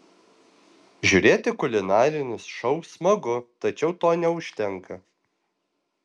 žiūrėti kulinarinius šou smagu tačiau to neužtenka